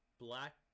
Black